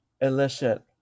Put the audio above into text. elicit